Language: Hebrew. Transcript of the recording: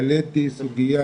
העליתי לסדר-היום סוגיה,